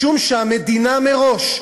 משום שהמדינה מראש,